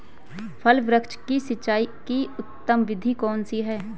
फल वृक्ष की सिंचाई की उत्तम विधि कौन सी है?